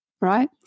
Right